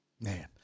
Man